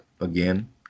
again